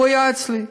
הוא היה אצלי,